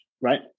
right